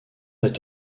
est